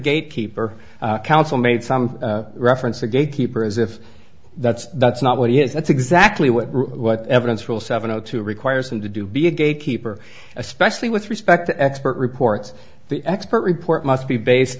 gatekeeper counsel made some reference to gatekeeper as if that's that's not what he is that's exactly what what evidence will seven o two requires him to do be a gatekeeper especially with respect to expert reports the expert report must be based